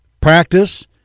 practice